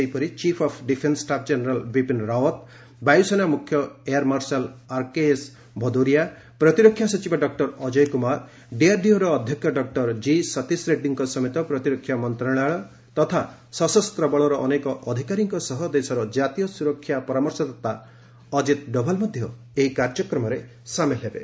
ସେହିପରି chief of defence staff general Bipin Rawat ବାୟୁସେନା ମୁଖ୍ୟ ଏୟାର୍ ମାର୍ଶାଲ୍ ଆର୍କେଏସ୍ ଭଦୌରିଆ ପ୍ରତିରକ୍ଷା ସଚିବ ଡକ୍କର ଅଜୟ କୁମାର ଡିଆରଡିଓର ଅଧ୍ୟକ୍ଷ ଡକ୍କର ଜି ସତୀଶ ରେଡ୍ରୀଙ୍କ ସମେତ ପ୍ରତିରକ୍ଷା ମନ୍ତଶାଳୟ ତଥା ସଶସ୍ତ ବଳର ଅନେକ ଅଧିକାରୀଙ୍କ ସହ ଦେଶର କାତୀୟ ସୁରକ୍ଷା ପରାମର୍ଶଦାତା ଅଜିତ୍ ଡୋଭାଲ ମଧ୍ୟ ଏହି କାର୍ଯ୍ୟକ୍ରମରେ ସାମିଲ୍ ହେବେ